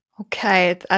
Okay